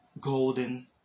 Golden